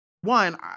one